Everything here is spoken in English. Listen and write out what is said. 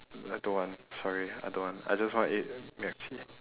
I don't want sorry I don't want I just wanna eat